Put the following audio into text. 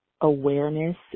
awareness